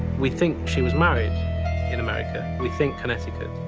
we think she was married in america, we think connecticut,